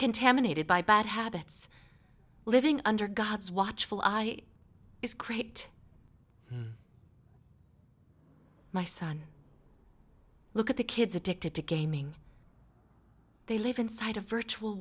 contaminated by bad habits living under god's watchful eye is create my son look at the kids addicted to gaming they live inside a virtual